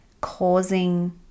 causing